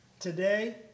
Today